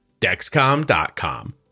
Dexcom.com